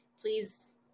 please